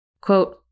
Quote